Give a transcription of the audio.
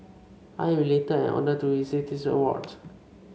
I am elated and honoured to receive this award